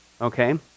Okay